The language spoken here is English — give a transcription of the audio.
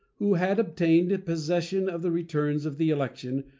who had obtained possession of the returns of the election,